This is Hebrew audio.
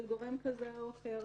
של גורם כזה או אחר,